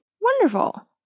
Wonderful